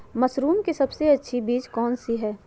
Mushroom की सबसे अच्छी बीज कौन सी है?